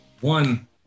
one